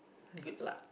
good luck